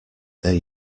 there